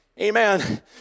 Amen